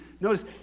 Notice